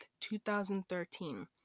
2013